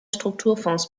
strukturfonds